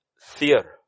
fear